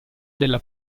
della